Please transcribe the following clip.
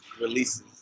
releases